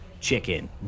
chicken